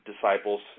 disciples